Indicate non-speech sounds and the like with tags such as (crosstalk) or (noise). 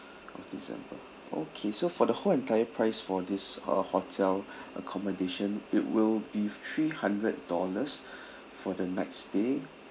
of december okay so for the whole entire price for this uh hotel (breath) accommodation it will be three hundred dollars (breath) for the night stay